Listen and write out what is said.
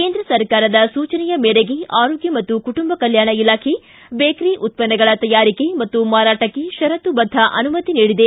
ಕೇಂದ್ರ ಸರ್ಕಾರದ ಸೂಚನೆಯ ಮೇರೆಗೆ ಆರೋಗ್ಯ ಮತ್ತು ಕುಟುಂಬ ಕಲ್ಕಾಣ ಇಲಾಖೆ ಬೇಕರಿ ಉತ್ತನ್ನಗಳ ತಯಾರಿಕೆ ಮತ್ತು ಮಾರಾಟಕ್ಕೆ ಷರತು ಬದ್ಧ ಅನುಮತಿ ನೀಡಿದೆ